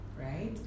right